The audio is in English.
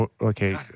Okay